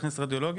להעסיק רדיולוגים?